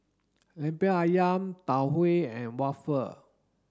Lemper Ayam Tau Huay and waffle